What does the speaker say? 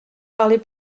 parlez